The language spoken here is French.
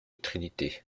trinité